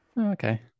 okay